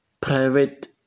private